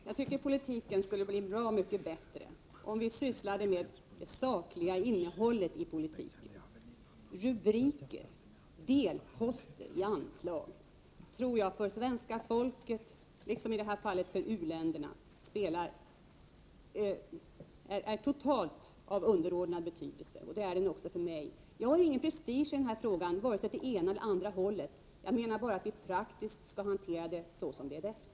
Fru talman! Jag tycker att politiken skulle bli bra mycket bättre om vi sysslade med det sakliga innehållet i politiken. Rubriker och delposter i anslag tror jag för svenska folket, liksom i det här fallet för u-länderna, är av totalt underordnad betydelse. Det är de också för mig. Jag har ingen prestige i den här frågan, vare sig åt det ena eller det andra hållet. Jag menar bara att vi praktiskt skall hantera frågan så som är bäst.